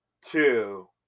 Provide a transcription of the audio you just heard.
Two